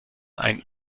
ein